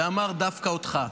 ואמר דווקא אותך.